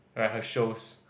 like her shows